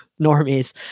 normies